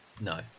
No